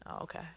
okay